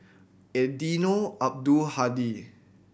Eddino Abdul Hadi